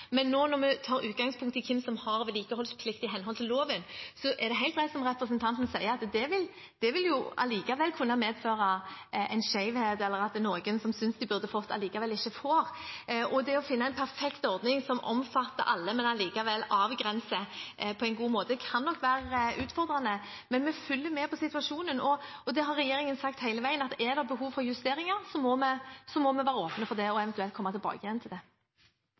Når vi nå tar utgangspunkt i hvem som har vedlikeholdsplikt i henhold til loven, er det helt rett som representanten sier, at det vil allikevel kunne medføre en skjevhet, eller at noen som synes at de burde fått, ikke får. Det å finne en perfekt ordning som omfatter alle, men avgrenser på en god måte, kan nok være utfordrende. Men vi følger med på situasjonen. Regjeringen har sagt hele veien at er det behov for justeringer, må vi være åpne for det og eventuelt komme tilbake igjen. I vårt forslag legger vi inn masse mer penger til det